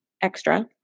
extra